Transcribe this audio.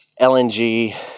LNG